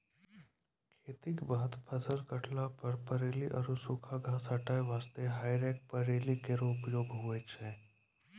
खेती क बाद फसल काटला पर पराली आरु सूखा घास हटाय वास्ते हेई रेक प्रणाली केरो उपयोग होय छै